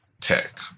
tech